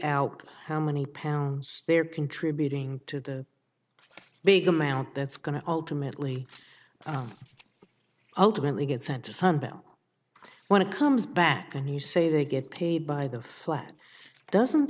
out how many pounds they're contributing to the big amount that's going to ultimately ultimately get sent to sundown when it comes back and you say they get paid by the flat doesn't